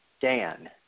Dan